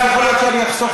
יכול להיות שאז אני אחסוך